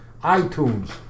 iTunes